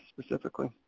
specifically